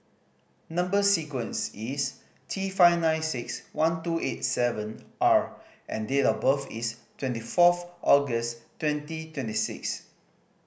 number sequence is T five nine six one two eight seven R and date of birth is twenty fourth August twenty twenty six